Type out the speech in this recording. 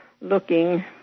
looking